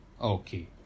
okay